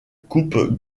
coupe